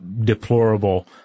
deplorable